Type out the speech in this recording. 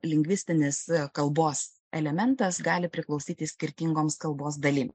lingvistinis kalbos elementas gali priklausyti skirtingoms kalbos dalim